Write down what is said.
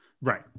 Right